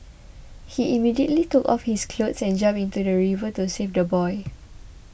he immediately took off his clothes and jumped into the river to save the boy